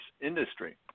industry